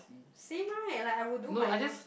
same right like I will do my nose